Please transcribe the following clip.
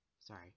Sorry